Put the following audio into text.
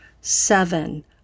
Seven